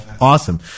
awesome